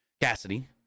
Cassidy